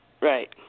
Right